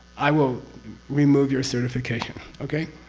i will remove your certification. okay?